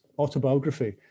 autobiography